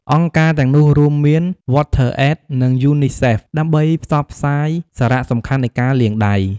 អង្គការទាំងនោះរួមមាន វ័តធឺអេត និងយូនីសេហ្វ ដើម្បីផ្សព្វផ្សាយសារៈសំខាន់នៃការលាងដៃ។